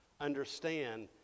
understand